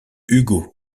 hugo